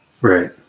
Right